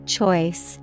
Choice